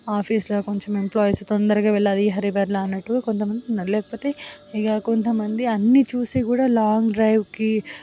ఆఫీసులో కొంచెం ఎంప్లాయిస్ తొందరగా వెళ్ళాలి ఈ హరీ బరీలో అన్నట్టుగా కొంత మంది ఉన్నారు లేకపోతే ఇక కొంత మంది అన్నీ చూసి కూడా లాంగ్ డ్రైవ్కి